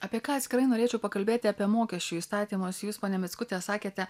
apie ką atskirai norėčiau pakalbėti apie mokesčių įstatymus jūs ponia mickute sakėte